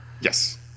yes